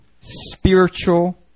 spiritual